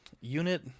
unit